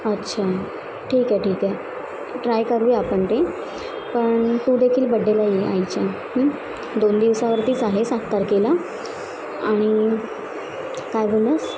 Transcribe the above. अच्छा ठीक आहे ठीक आहे ट्राय करूया आपण ते पण तू देखील बड्डेला ये आईच्या दोन दिवसावरतीच आहे सात तारखेला आणि काय बोललास